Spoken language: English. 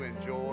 enjoy